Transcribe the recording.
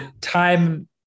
time